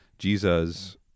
Jesus